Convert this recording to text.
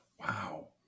wow